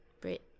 Brit